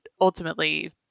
ultimately